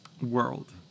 world